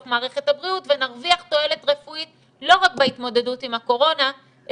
מערכת הבריאות ונרוויח תועלת רפואית לא רק בהתמודדות עם הקורונה,